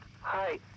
Hi